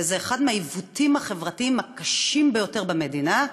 וזה אחד מהעיוותים החברתיים הקשים ביותר במדינה,